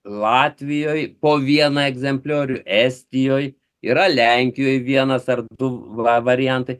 latvijoj po vieną egzempliorių estijoje yra lenkijoj vienas ar du va variantai